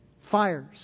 Fires